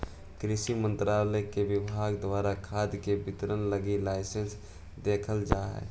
कृषि मंत्रालय के विभाग द्वारा खाद के वितरण लगी लाइसेंस देल जा हइ